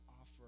offer